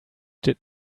did